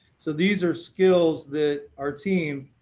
so these are skills that our team,